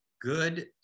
Good